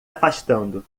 afastando